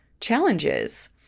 challenges